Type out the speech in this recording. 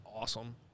awesome